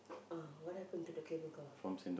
uh what happen to the cable car